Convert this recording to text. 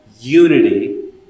unity